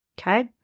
Okay